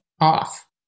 off